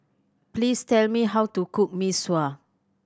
please tell me how to cook Mee Sua